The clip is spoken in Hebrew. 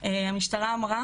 המשטרה אמרה